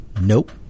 Nope